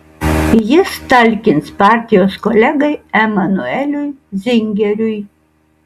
jis talkins partijos kolegai emanueliui zingeriui